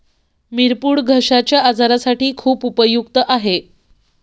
मिरपूड घश्याच्या आजारासाठी खूप उपयुक्त आहे